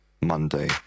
Monday